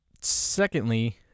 Secondly